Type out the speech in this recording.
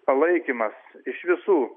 palaikymas iš visų